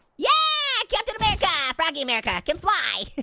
yeah, captain america, froggy america combined.